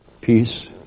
peace